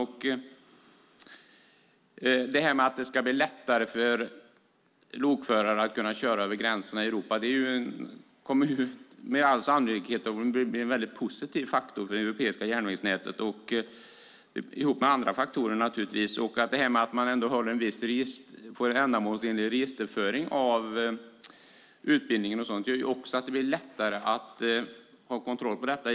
Att det ska bli lättare för lokförare att kunna köra över gränserna i Europa kommer med all sannolikhet att bli en positiv faktor för det europeiska järnvägsnätet, naturligtvis tillsammans med andra faktorer. Att man får en ändamålsenlig registerföring av utbildning gör också att det blir lättare att ha kontroll på detta.